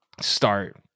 start